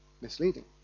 misleading